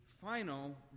final